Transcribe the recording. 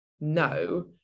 No